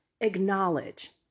acknowledge